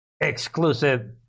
Exclusive